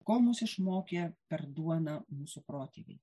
ko mus išmokė per duoną mūsų protėviai